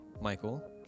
Michael